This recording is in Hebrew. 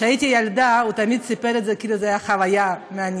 כשהייתי ילדה הוא תמיד סיפר את זה כאילו זו הייתה חוויה מעניינת.